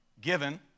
given